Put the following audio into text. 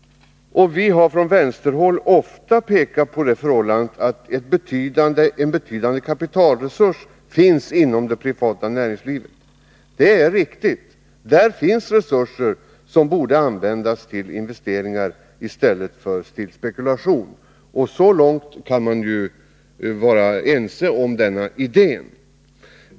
Vi har från vänsterhåll ofta pekat på det förhållandet att betydande kapitalresurser finns inom det privata näringslivet. Det är riktigt — där finns resurser som borde användas till investeringar i stället för till spekulation. Så långt kan man ju vara ense om denna idé.